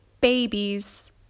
babies